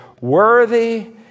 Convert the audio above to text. Worthy